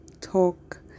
talk